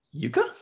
Yuka